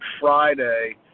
friday